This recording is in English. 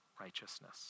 righteousness